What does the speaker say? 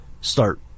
start